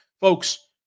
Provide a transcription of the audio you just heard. folks